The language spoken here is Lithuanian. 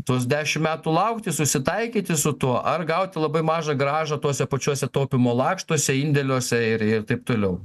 tuos dešimt metų laukti susitaikyti su tuo ar gauti labai mažą grąžą tuose pačiose taupymo lakštuose indėliuose ir ir taip toliau